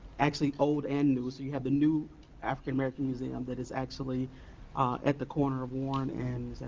actually old and new. so you have the new african american museum that is actually at the corner of warren and.